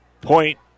Point